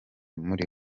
muri